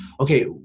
okay